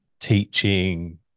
teaching